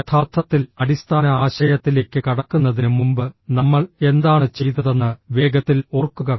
യഥാർത്ഥത്തിൽ അടിസ്ഥാന ആശയത്തിലേക്ക് കടക്കുന്നതിന് മുമ്പ് നമ്മൾ എന്താണ് ചെയ്തതെന്ന് വേഗത്തിൽ ഓർക്കുക